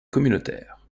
communautaires